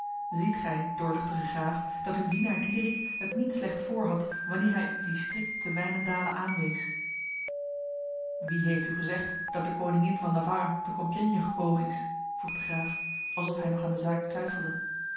ziet gij doorluchtige graaf dat uw dienaar diederik het niet slecht voor had wanneer hij u die strik te wijnendale aanwees wie heeft u gezegd dat de koningin van navarra te compiègne gekomen is vroeg de graaf alsof hij nog aan de zaak twijfelde